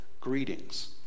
Greetings